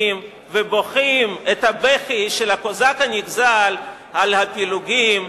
ובוכים את הבכי של הקוזק הנגזל על הפילוגים,